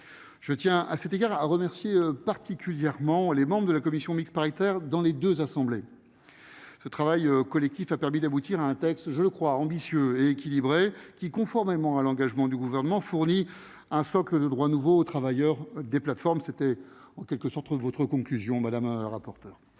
Je tiens à remercier particulièrement les membres de la CMP des deux assemblées. Ce travail collectif a permis d'aboutir à un texte ambitieux et équilibré, qui, conformément à l'engagement du Gouvernement, fournit un socle de droits nouveaux aux travailleurs des plateformes. C'était, en quelque sorte, votre conclusion, madame le rapporteur.